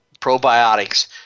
probiotics